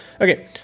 Okay